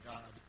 God